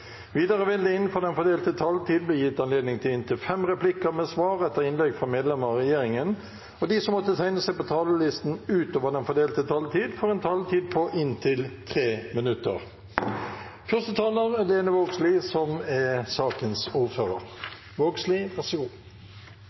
Videre vil det – innenfor den fordelte taletid – bli gitt anledning til inntil fem replikker med svar etter innlegg fra medlemmer av regjeringen, og de som måtte tegne seg på talerlisten utover den fordelte taletid, får en taletid på inntil 3 minutter.